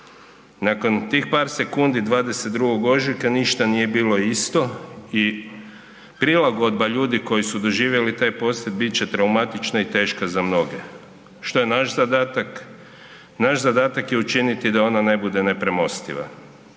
Nakon tih par sekundi 22. ožujka ništa nije bilo isto i prilagodba ljudi koji su doživjeli taj potres bit će traumatična i teška za mnoge. Što je naš zadatak? Naš zadatak je učiniti da ona ne bude nepremostiva.